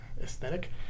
aesthetic